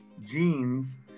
jeans